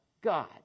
God